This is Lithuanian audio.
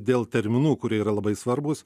dėl terminų kurie yra labai svarbūs